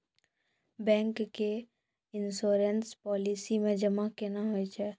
Bank के insurance policy मे जमा केना होय छै?